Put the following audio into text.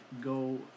go